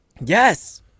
Yes